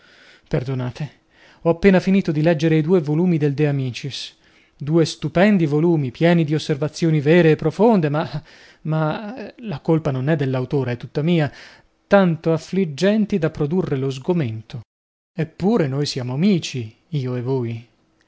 perdonate ho appena finito di leggere i due volumi del de amicis due stupendi volumi pieni di osservazioni vere e profonde ma ma la colpa non è dell'autore è tutta mia tanto affliggenti da produrre lo sgomento eppure noi siamo amici io e voi